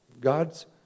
God's